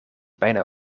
bijna